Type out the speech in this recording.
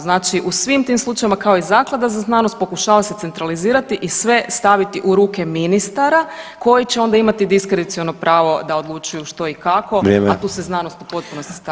Znači u svim tim slučajevima kao i zaklada za znanost pokušava se centralizirati i sve staviti u ruke ministara koji će onda imati diskreciono pravo da odlučuju što i kako, a tu se znanost u potpunosti stavlja sa strane.